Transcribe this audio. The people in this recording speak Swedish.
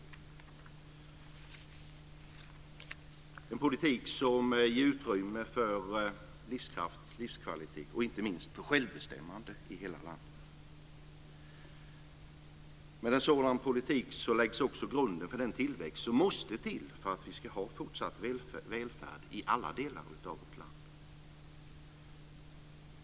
Det är en politik som ger utrymme för livskraft, livskvalitet och inte minst självbestämmande i hela landet. Med en sådan politik läggs också grunden för den tillväxt som måste till för att vi ska ha fortsatt välfärd i alla delar av vårt land.